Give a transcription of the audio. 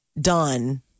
done